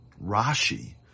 Rashi